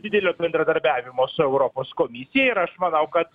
didelio bendradarbiavimo su europos komisija ir aš manau kad